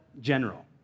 general